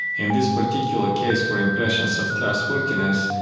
in this particular case for impressions of trustworthiness,